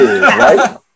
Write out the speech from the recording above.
right